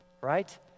Right